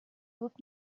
көп